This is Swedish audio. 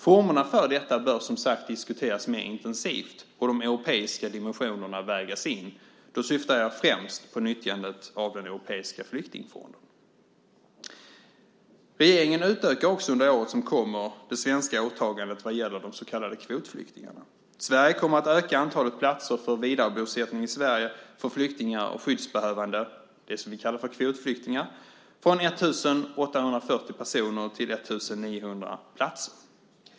Formerna för detta bör som sagt diskuteras mer intensivt och de europeiska dimensionerna vägas in, och då syftar jag främst på nyttjandet av den europeiska flyktingfonden. Regeringen utökar också under året som kommer det svenska åtagandet vad gäller de så kallade kvotflyktingarna. Sverige kommer att öka antalet platser för vidarebosättning i Sverige för flyktingar och skyddsbehövande, det som vi kallar för kvotflyktingar, från 1 840 till 1 900 platser.